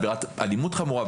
עבירת אלימות חמורה,